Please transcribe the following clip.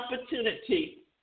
opportunity